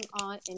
on